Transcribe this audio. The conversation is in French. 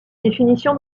définition